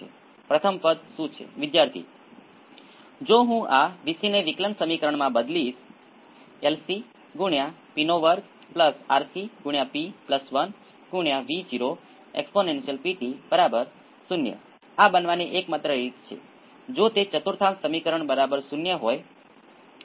તેથી પ્રથમ તેને રેખીય સ્કેલ પર કરો તમે તેને મોટા પાયે પ્રયાસ કરી શકો છો મેગ્નિટ્યુડમાં ખૂબ ઓછી ફ્રીક્વન્સીઝ માટે શું છે તે મેગ્નિટ્યુડનો કોણ નથી